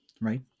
right